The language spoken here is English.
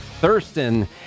Thurston